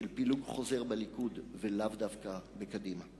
פילוג חוזר בליכוד ולאו דווקא בקדימה.